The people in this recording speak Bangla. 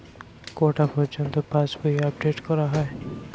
কটা পযর্ন্ত পাশবই আপ ডেট করা হয়?